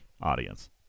audience